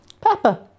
Papa